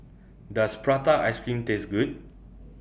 Does Prata Ice Cream Taste Good